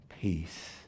Peace